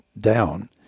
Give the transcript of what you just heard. down